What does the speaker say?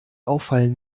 auffallen